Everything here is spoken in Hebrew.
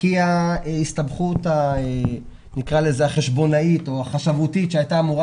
ההסתמכות החשבונאות או החשובתית שהייתה אמורה